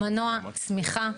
מנוע צמיחה.